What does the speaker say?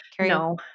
No